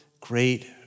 great